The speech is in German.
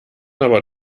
aber